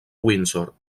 windsor